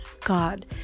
God